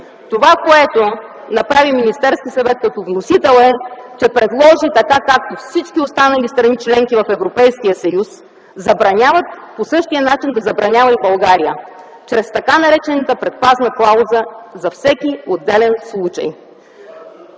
Това, което направи Министерският съвет като вносител, е, че предложи така, както всички останали страни-членки в Европейския съюз забраняват, по същия начин да забранява и България, чрез така наречената предпазна клауза за всеки отделен случай.